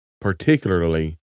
particularly